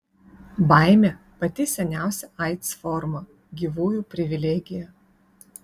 baimė pati seniausia aids forma gyvųjų privilegija